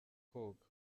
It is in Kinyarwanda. koga